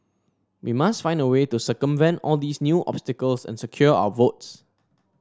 we must find a way to circumvent all these new obstacles and secure our votes